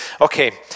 Okay